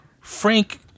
frank